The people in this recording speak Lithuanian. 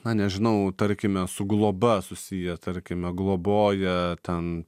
na nežinau tarkime su globa susiję tarkime globoja ten